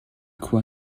quoi